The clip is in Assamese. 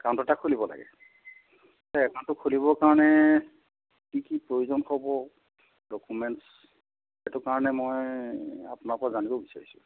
একাউন্ট এটা খুলিব লাগে সেই একাউন্টটো খুলিব কাৰণে কি কি প্ৰয়োজন হ'ব ডকুমেন্টছ সেইটো কাৰণে মই আপোনাৰ পৰা জানিব বিচাৰিছোঁ